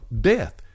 death